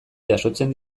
jasotzen